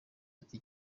ati